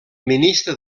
ministre